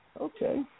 okay